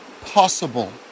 possible